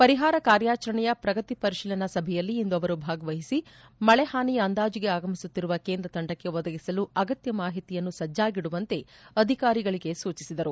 ಪರಿಹಾರ ಕಾರ್ಯಾಚರಣೆಯ ಪ್ರಗತಿ ಪರಿಶೀಲನೆ ಸಭೆಯಲ್ಲಿ ಇಂದು ಅವರು ಭಾಗವಹಿಸಿ ಮಳೆ ಹಾನಿಯ ಅಂದಾಜಿಗೆ ಆಗಮಿಸುತ್ತಿರುವ ಕೇಂದ್ರ ತಂಡಕ್ಕೆ ಒದಗಿಸಲು ಅಗತ್ಯ ಮಾಹಿತಿಯನ್ನು ಸಜ್ಜಾಗಿದುವಂತೆ ಅಧಿಕಾರಿಗಳಿಗೆ ಸೂಚಿಸಿದರು